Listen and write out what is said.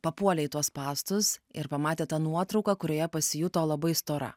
papuolė į tuos spąstus ir pamatė tą nuotrauką kurioje pasijuto labai stora